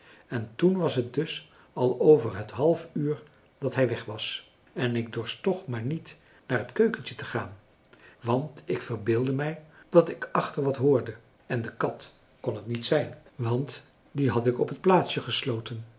en toen was het dus al over het half uur dat hij weg was en ik dorst toch maar niet naar het keukentje te gaan want ik verbeeldde mij dat ik achter wat hoorde en de kat kon het niet zijn want die had ik op het plaatsje gesloten